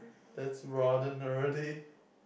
that's rather nerdy